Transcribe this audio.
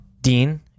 Dean